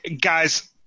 Guys